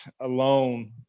alone